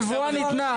הנבוא ניתנה,